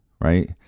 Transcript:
right